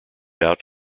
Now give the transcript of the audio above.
out